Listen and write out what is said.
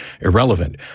irrelevant